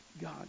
God